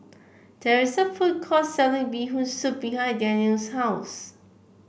there is a food court selling Bee Hoon Soup behind Danniel's house